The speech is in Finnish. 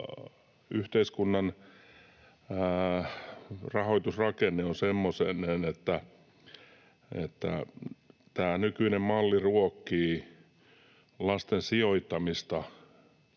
yhteiskunnan rahoitusrakenne on semmoinen, että tämä nykyinen malli ruokkii lasten sijoittamista